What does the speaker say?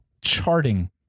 charting